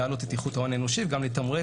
להעלות את איכות ההון האנושי וגם לתמרץ